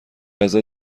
ازت